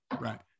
right